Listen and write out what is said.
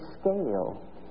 scale